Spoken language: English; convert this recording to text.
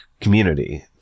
community